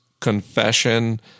confession